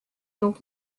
donc